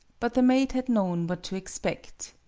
but the maid had known what to expect.